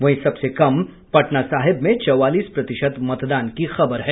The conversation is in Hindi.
वहीं सबसे कम पटना साहिब में चवालीस प्रतिशत मतदान की खबर है